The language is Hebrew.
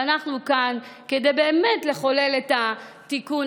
ואנחנו כאן כדי באמת לחולל את התיקון